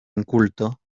inculto